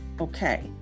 Okay